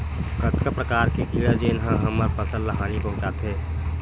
कतका प्रकार के कीड़ा जेन ह हमर फसल ल हानि पहुंचाथे?